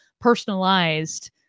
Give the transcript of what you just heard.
personalized